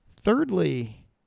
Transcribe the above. thirdly